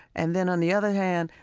and then on the other hand,